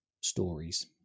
stories